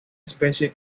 especie